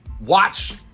watch